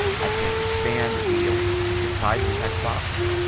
i can expand the ah the size of the text box.